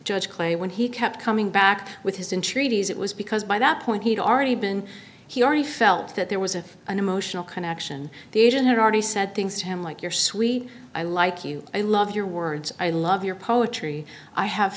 judged clay when he kept coming back with his entreaties it was because by that point he'd already been he already felt that there was a an emotional connection the agent had already said things to him like your sweetie i like you i love your words i love your poetry i have